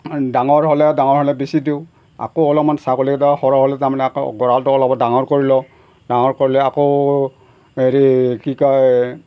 ডাঙৰ হ'লে ডাঙৰ হ'লে বেচি দিওঁ আকৌ অলপমান ছাগলীকেইটা সৰহ হ'লে তাৰমানে আকৌ গঁৰালটো অলপ ডাঙৰ কৰি লওঁ ডাঙৰ কৰি লৈ আকৌ হেৰি কি কয়